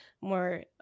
more